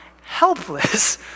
helpless